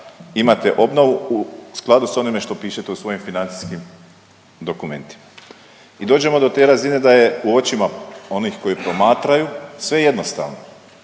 imate obnovu u skladu s onime što pišete u svojim financijskim dokumentima. I dođemo do te razine da je u očima onih koji promatraju sve jednostavno,